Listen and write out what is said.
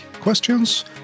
questions